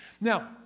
Now